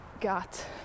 got